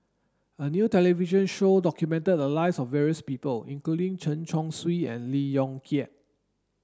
a new television show documented the lives of various people including Chen Chong Swee and Lee Yong Kiat